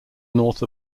north